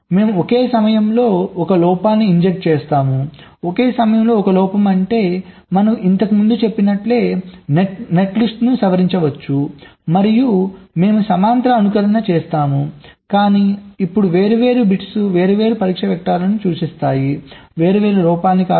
మేము ఒక సమయంలో ఒక లోపాన్ని ఇంజెక్ట్ చేస్తాము ఒక సమయంలో ఒక లోపం అంటే మనం ఇంతకు ముందు చెప్పినట్లే నెట్లిస్ట్ను సవరించవచ్చు మరియు మేము సమాంతర అనుకరణను చేస్తాము కానీ ఇప్పుడు వేర్వేరు బిట్స్ వేర్వేరు పరీక్ష వెక్టర్లను సూచిస్తాయి వేర్వేరు లోపాలను కాదు